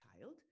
child